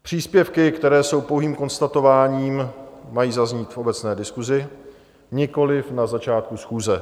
Příspěvky, které jsou pouhým konstatováním, mají zaznít v obecné diskusi, nikoliv na začátku schůze.